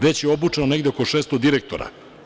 Već je obučeno negde oko 600 direktora.